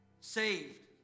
saved